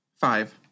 Five